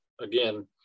Again